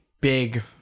big